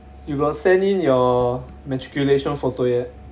you got send in your matriculation photo yet